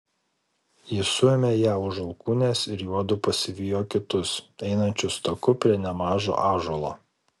jis suėmė ją už alkūnės ir juodu pasivijo kitus einančius taku prie nemažo ąžuolo